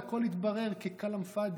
הכול התברר ככלאם פאדי,